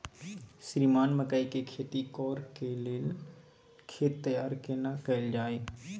श्रीमान मकई के खेती कॉर के लेल खेत तैयार केना कैल जाए?